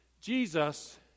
Jesus